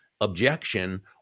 objection